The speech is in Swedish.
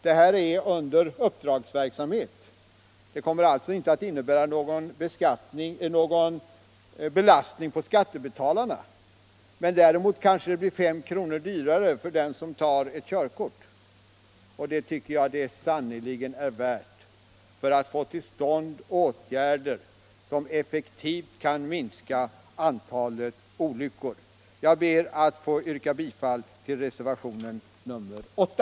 Det är här fråga om uppdragsverksamhet, och anslaget skulle alltså inte medföra någon belastning för skattebetalarnas vidkommande. Däremot skulle det kunna innebära att det blir fem kronor dyrare för dem som tar körkort. Det tycker jag att det sannerligen kan vara värt att få till stånd åtgärder som effektivt minskar antalet olyckor. Jag ber att få yrka bifall till reservationen 8.